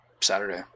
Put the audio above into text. Saturday